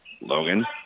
Logan